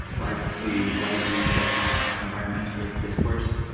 largely white and middle class environmentalist discourse.